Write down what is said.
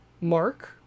Mark